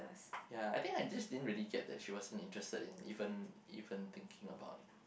yeah I think I just didn't really get that she wasn't interested in even even thinking about